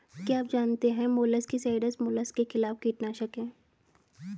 क्या आप जानते है मोलस्किसाइड्स मोलस्क के खिलाफ कीटनाशक हैं?